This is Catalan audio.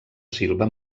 silva